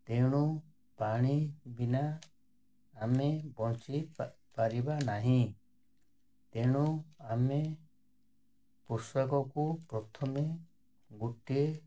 ତେଣୁ ପାଣି ବିନା ଆମେ ବଞ୍ଚି ପାରିବା ନାହିଁ ତେଣୁ ଆମେ ପୋଷାକକୁ ପ୍ରଥମେ ଗୋଟିଏ